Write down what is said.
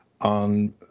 on